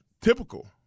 typical